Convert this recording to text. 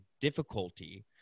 difficulty